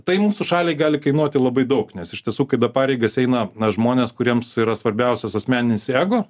tai mūsų šaliai gali kainuoti labai daug nes iš tiesų kada pareigas eina na žmonės kuriems yra svarbiausias asmeninis ego